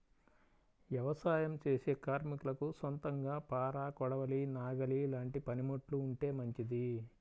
యవసాయం చేసే కార్మికులకు సొంతంగా పార, కొడవలి, నాగలి లాంటి పనిముట్లు ఉంటే మంచిది